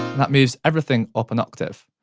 that moves everything up an octave.